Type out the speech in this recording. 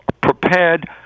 prepared